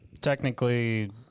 technically